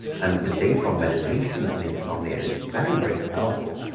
and the data on meditation and insomnia is very very powerful.